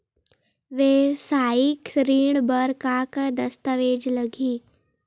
वेवसायिक ऋण बर का का दस्तावेज लगही?